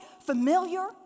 familiar